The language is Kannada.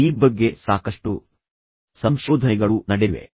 ಈ ಬಗ್ಗೆ ಸಾಕಷ್ಟು ಸಂಶೋಧನೆಗಳು ನಡೆದಿವೆ